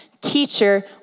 Teacher